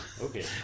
Okay